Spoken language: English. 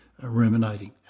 Ruminating